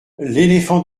l’éléphant